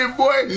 boy